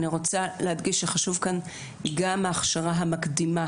אני רוצה להדגיש שחשוב כאן גם ההכשרה המקדימה